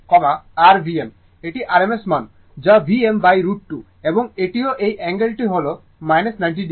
এটি rms মান যা Vm√ 2 এবং এটিও এই অ্যাঙ্গেল টি হল 90 o